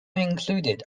included